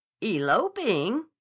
eloping